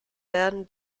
werden